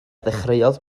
ddechreuodd